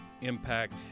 impact